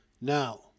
now